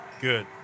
Good